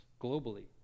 globally